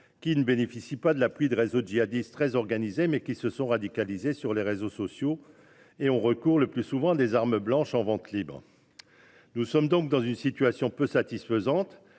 qui ne bénéficient pas de l’appui de réseaux djihadistes très organisés, mais se sont radicalisés sur les réseaux sociaux et ont recours, le plus souvent, à des armes blanches en vente libre. Nous sommes donc dans une situation peu satisfaisante